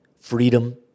freedom